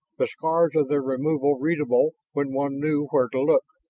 the scars of their removal readable when one knew where to look.